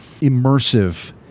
immersive